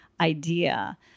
idea